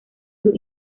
sus